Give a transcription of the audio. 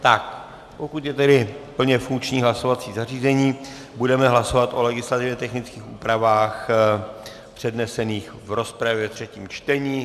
Tak pokud je plně funkční hlasovací zařízení, budeme hlasovat o legislativně technických úpravách přednesených v rozpravě ve třetím čtení.